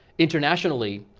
internationally,